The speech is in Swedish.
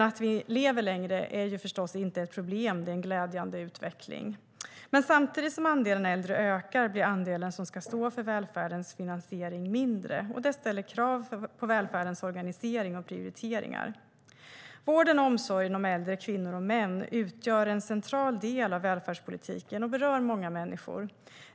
Att vi lever längre är inte ett problem; det är en glädjande utveckling. Men samtidigt som andelen äldre ökar blir andelen som ska stå för välfärdens finansiering mindre. Det ställer krav på välfärdens organisering och prioriteringar. Vården och omsorgen om äldre kvinnor och män utgör en central del av välfärdspolitiken och berör många människor.